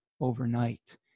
overnight